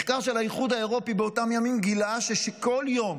מחקר של האיחוד האירופי באותם ימים גילה שכל יום